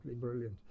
brilliant